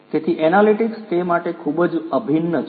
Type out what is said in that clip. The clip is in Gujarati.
તેથી એનાલિટિક્સ તે માટે ખૂબ જ અભિન્ન છે